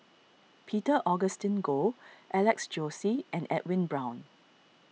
Peter Augustine Goh Alex Josey and Edwin Brown